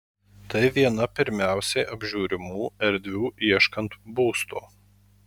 tai viena pirmiausiai apžiūrimų erdvių ieškant būsto